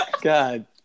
God